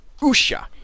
Usha